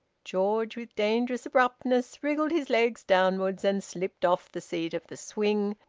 george with dangerous abruptness wriggled his legs downwards and slipped off the seat of the swing,